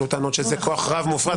עלו טענות שזה כוח רב ומופרז מדי,